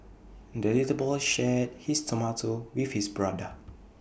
the little boy shared his tomato with his brother